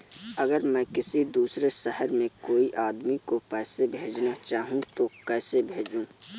अगर मैं किसी दूसरे शहर में कोई आदमी को पैसे भेजना चाहूँ तो कैसे भेजूँ?